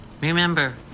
Remember